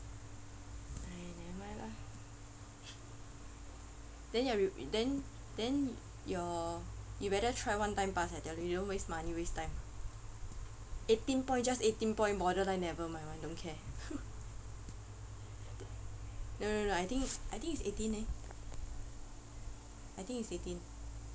!aiya! nevermind lah then your then then your you better try one time pass I tell you you don't waste money waste time eighteen points just eighteen points borderline nevermind [one] don't care no no no I think I think it's eighteen eh I think it's eighteen